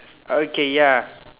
okay ya